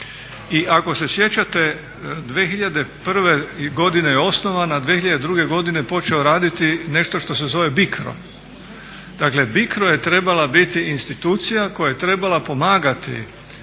I ako se sjećate 2001. godine je osnovana, 2002. godine počeo raditi nešto što se zove BICRO. Dakle BICRO je trebala biti institucija koja je trebala pomagati